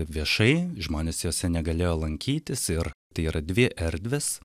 viešai žmonės jose negalėjo lankytis ir tai yra dvi erdvės